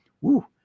Woo